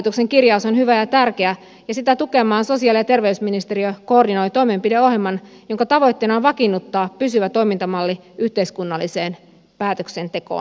hallituksen kirjaus on hyvä ja tärkeä ja sitä tukemaan sosiaali ja terveysministeriö koordinoi toimenpideohjelman jonka tavoitteena on vakiinnuttaa pysyvä toimintamalli yhteiskunnalliseen päätöksentekoon